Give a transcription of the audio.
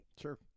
sure